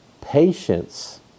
Patience